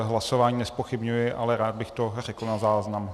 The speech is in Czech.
Hlasování nezpochybňuji, ale rád bych to řekl na záznam.